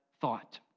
thought